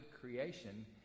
creation